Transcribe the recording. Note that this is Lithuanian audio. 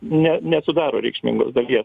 ne nesudaro reikšmingos dalies